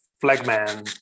flagman